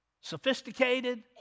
sophisticated